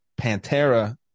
Pantera